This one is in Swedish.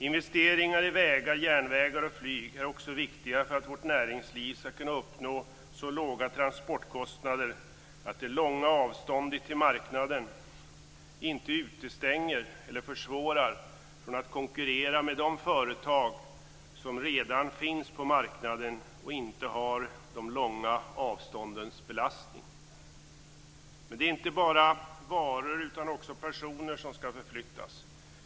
Investeringar i vägar, järnvägar och flyg är också viktiga för att vårt näringsliv skall kunna uppnå så låga transportkostnader att det långa avståndet till marknaden inte utestänger eller försvårar från att konkurrera med de företag som redan finns på marknaden och inte har de långa avståndens belastning. Men det är inte bara varor utan också personer som skall förflyttas.